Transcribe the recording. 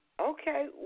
Okay